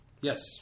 Yes